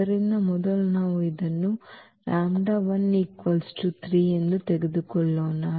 ಆದ್ದರಿಂದ ಮೊದಲು ನಾವು ಇದನ್ನು λ1 3 ತೆಗೆದುಕೊಳ್ಳೋಣ